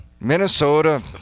Minnesota